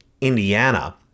Indiana